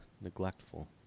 neglectful